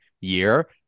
year